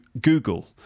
Google